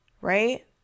right